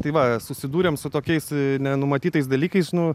tai va susidūrėm su tokiais nenumatytais dalykais nu